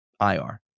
IR